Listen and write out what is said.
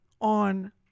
on